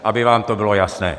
Aby vám to bylo jasné.